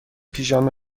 پیژامه